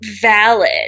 valid